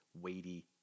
weighty